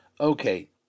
Okay